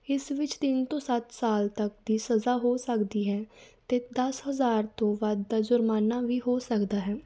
ਇਸ ਵਿੱਚ ਤਿੰਨ ਤੋਂ ਸੱਤ ਸਾਲ ਤੱਕ ਦੀ ਸਜ਼ਾ ਹੋ ਸਕਦੀ ਹੈ ਅਤੇ ਦਸ ਹਜ਼ਾਰ ਤੋਂ ਵੱਧ ਦਾ ਜੁਰਮਾਨਾ ਵੀ ਹੋ ਸਕਦਾ ਹੈ